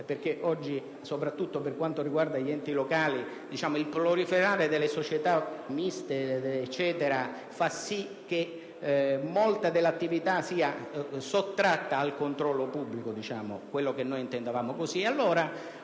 perché oggi, soprattutto per quanto riguarda gli enti locali, il proliferare delle società miste fa sì che molta dell'attività sia sottratta al controllo pubblico, almeno quello che noi intendevamo così.